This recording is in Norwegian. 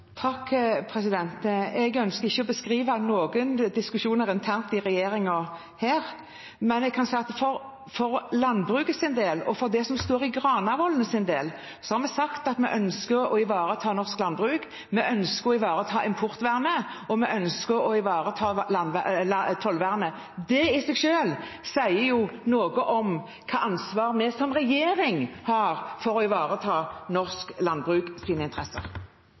Jeg ønsker ikke å beskrive noen diskusjoner internt i regjeringen her, men jeg kan si at for landbrukets del og for det som står i Granavolden sin del, har vi sagt at vi ønsker å ivareta norsk landbruk, vi ønsker å ivareta importvernet, og vi ønsker å ivareta tollvernet. Det i seg selv sier noe om hvilket ansvar vi som regjering har for å ivareta norsk landbruks interesser.